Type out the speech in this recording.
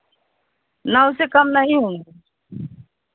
ना उससे कम नहीं होगा